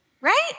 right